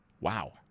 Wow